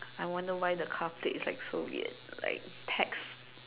I wonder why the car plate is like so weird like tax